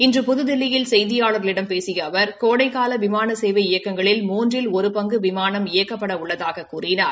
இன்று புதுதில்லியில் செய்தியாளர்களிடம் பேசிய அவர் கோடைகால விமான சேவை இயக்கங்களில் மூன்றில் ஒரு பங்கு விமானம் இயக்கப்பட உள்ளதாகக் கூறினார்